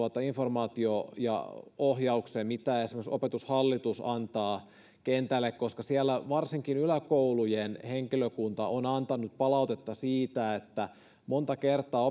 informaation ja ohjauksen mitä esimerkiksi opetushallitus antaa kentälle koska varsinkin yläkoulujen henkilökunta on antanut palautetta siitä että monta kertaa